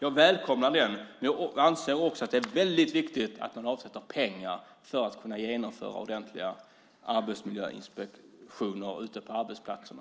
Jag anser också att det är väldigt viktigt att avsätta pengar för att man ska kunna genomföra ordentliga arbetsmiljöinspektioner ute på arbetsplatserna.